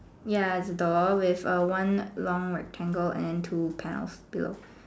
ya is a door with a one long rectangle and two pair of pillow